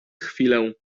chwilę